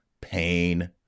pain